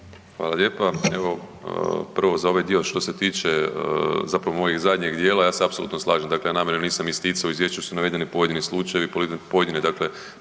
Hvala lijepo. Evo prvo za ovaj dio što se tiče mog zadnjeg dijela, ja se apsolutno slažem. Dakle, ja namjerno nisam isticao u izvješću su navedeni pojedini slučajevi, pojedine